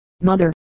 Mother